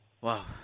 Wow